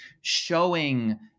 showing